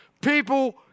People